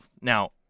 Now